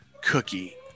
cookie